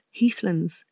heathlands